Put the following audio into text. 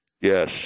yes